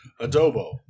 Adobo